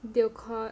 they'll call